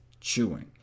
chewing